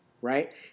Right